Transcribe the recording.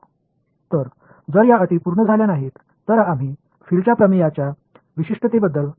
மாணவர் எனவே புலம் தனித்துவமாக இல்லாதபோது ஒரு முன்மாதிரி வைக்கலாம்